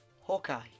Hawkeye